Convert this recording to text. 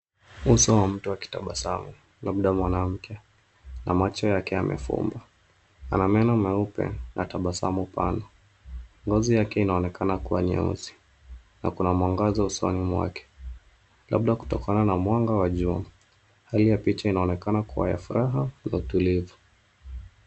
Uso wa mtu akitabasamu labda mwanamke na macho yake amefumba. Ana meno meupe na tabasamu pana. Ngozi yake inaonekana kuwa nyeusi na kuna mwangaza usoni mwake labda kutokana na mwanga wa jua. Hali ya picha inaonekana kuwa ya furaha na utulivu.